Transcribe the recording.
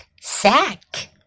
sack